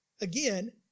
Again